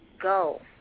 Go